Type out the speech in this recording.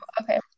Okay